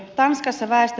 tanskassa väistö